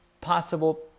possible